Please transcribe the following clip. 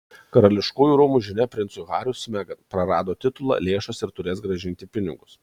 karališkųjų rūmų žinia princui hariui su megan prarado titulą lėšas ir turės grąžinti pinigus